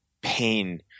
pain